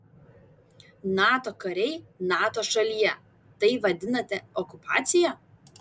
nato kariai nato šalyje tai vadinate okupacija